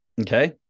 Okay